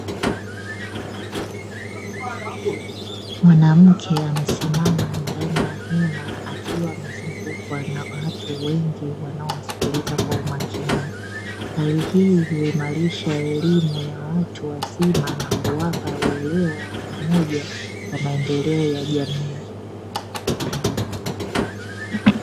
Mwanamke amesimama ndani ya hema, akiwa amezungukwa na watu wengi wanaomsikilza kwa umakini. Hali hii huimarisha elimu ya watu wazima na kuwapa uelewa wa pamoja kwa maendeleo ya jamii.